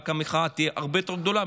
רק שהמחאה תהיה הרבה יותר גדולה,